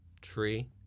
Tree